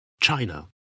China